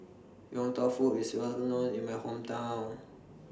Yong Tau Foo IS Well known in My Hometown